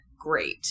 great